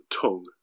tongue